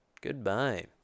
goodbye